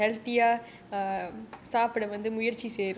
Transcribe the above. mm